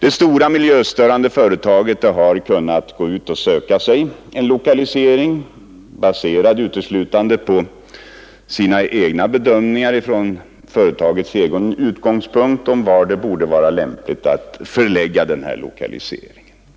Ett stort miljöstörande företag har kunnat söka sig en lokalisering, baserad uteslutande på företagets egna bedömningar om lämpligt område för lokaliseringen.